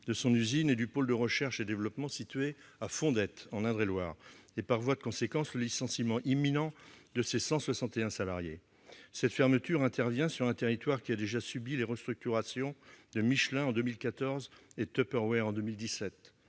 de l'usine et du pôle de recherche et développement situés à Fondettes, dans l'Indre-et-Loire, et, par voie de conséquence, le licenciement imminent de ses 161 salariés. Cette fermeture touche un territoire qui a déjà subi les restructurations de Michelin en 2014 et de Tupperware en 2017.